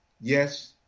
yes